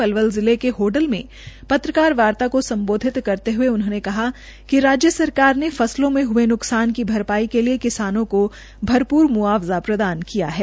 पलवल जिले के होडल में पत्रकारवार्ता को स्म्बोधित करते हये उन्होंने कहा कि राज्य सरकार ने फसलों में हये नकसान की भरपाई के लिए किसानों को भरपूर मुआवजा प्रदान किया है